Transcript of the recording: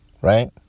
right